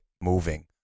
moving